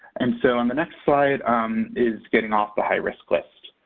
and so on the next slide is getting off the high-risk list.